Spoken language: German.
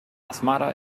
asmara